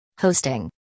Hosting